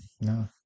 no